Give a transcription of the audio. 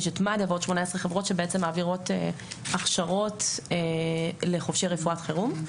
יש את מד"א ועוד 18 חברות שמעבירות הכשרות לחובשי רפואת חירום.